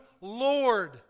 Lord